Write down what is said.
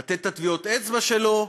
לתת את טביעות האצבע שלו?